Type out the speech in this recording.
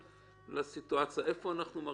הוא זנאי.